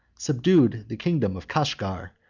subdued the kingdom of kashgar,